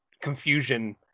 confusion